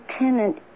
Lieutenant